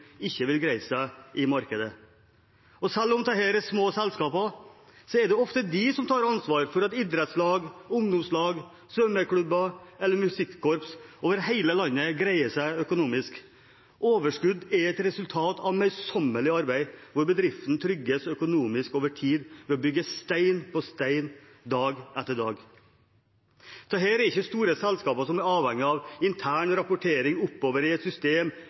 ikke vil greie seg i markedet. Selv om dette er små selskaper, er det ofte de som tar ansvar for at idrettslag, ungdomslag, svømmeklubber eller musikkorps over hele landet greier seg økonomisk. Overskudd er et resultat av møysommelig arbeid, hvor bedriften trygges økonomisk over tid ved å bygge stein på stein, dag etter dag. Dette er ikke store selskaper som er avhengig av intern rapportering oppover i et system